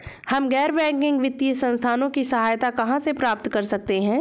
हम गैर बैंकिंग वित्तीय संस्थानों की सहायता कहाँ से प्राप्त कर सकते हैं?